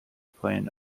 plan